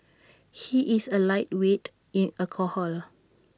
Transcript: he is A lightweight in alcohol